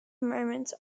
moments